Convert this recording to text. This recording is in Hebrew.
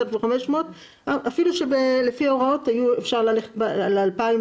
31 לדצמבר 2021. אנחנו נוגעים בפנסיה של אנשים,